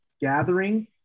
gathering